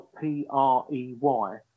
P-R-E-Y